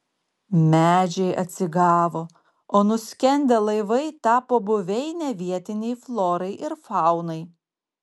medžiai atsigavo o nuskendę laivai tapo buveine vietinei florai ir faunai